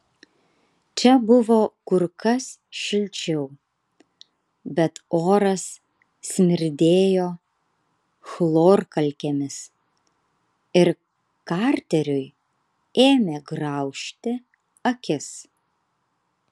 čia buvo kur kas šilčiau bet oras smirdėjo chlorkalkėmis ir karteriui ėmė graužti akis